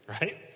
right